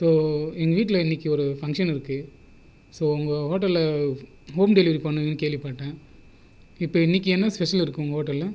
so எங்கள் வீட்டில் இன்றைக்கி ஒரு ஃபங்ஷன் இருக்குது ஸோ உங்கள் ஹோட்டலில் ஹோம் டெலிவரி பண்ணுவிங்கன்னு கேள்விப்பட்ட இப்போது இன்றைக்கி என்ன ஸ்பெஷல் இருக்கும் உங்கள் ஹோட்டலில்